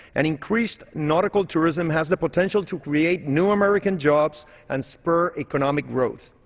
an increased nautical tourism has the potential to create new american jobs and spur economic growth.